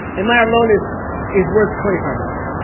am i alone is is worth twenty five dollars.